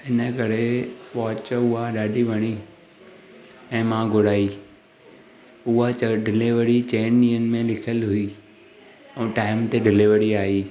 हिन करे वॉच उहा ॾाढी वणी ऐं मां घुराई उहा डिलेवरी चइनि ॾींहंनि में लिखियल हुई ऐं टाइम ते डिलेवरी आई